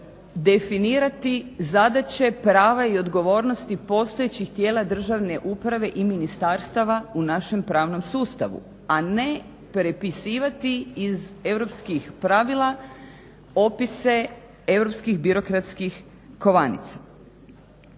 definirati zadaće, prava i odgovornosti postojećih tijela državne uprave i ministarstava, u našem pravnom sustavu, a ne prepisivati iz europskih pravila opise europskih birokratskih kovanica.